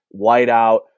whiteout